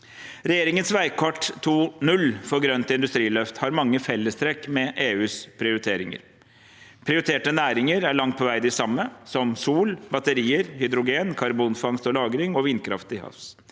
Regjeringens veikart 2.0 for et grønt industriløft har mange fellestrekk med EUs prioriteringer. Prioriterte næringer er langt på vei de samme, som sol, batterier, hydrogen, karbonfangst og -lagring og vindkraft til havs.